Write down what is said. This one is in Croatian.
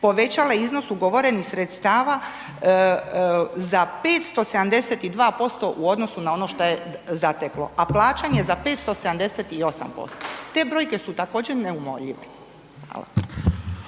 povećala iznos ugovorenih sredstava za 572% u odnosu na ono što je zateklo, a plaćanje za 578%. Te brojke su također neumoljive.